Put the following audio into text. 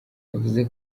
yavuze